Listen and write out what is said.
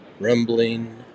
rumbling